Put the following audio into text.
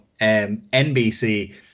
NBC